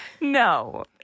No